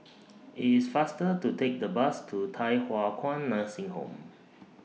IT IS faster to Take The Bus to Thye Hua Kwan Nursing Home